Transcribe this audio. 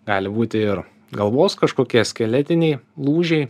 gali būti ir galvos kažkokie skeletiniai lūžiai